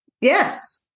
Yes